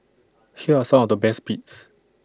here are some of the best bits